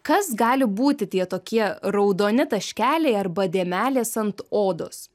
kas gali būti tie tokie raudoni taškeliai arba dėmelės ant odos